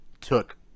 took